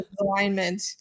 alignment